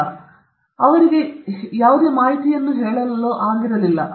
ಮತ್ತು ಅವರಿಗೆ ಹೇಳಲಾಗಿಲ್ಲ